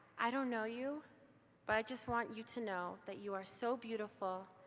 i don't know you but i just want you to know that you are so beautiful,